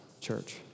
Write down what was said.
church